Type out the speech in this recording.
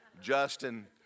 Justin